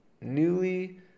newly